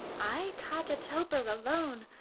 i caught a toper alone,